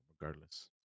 regardless